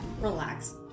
relax